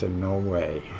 ah no way